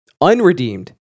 unredeemed